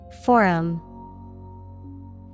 Forum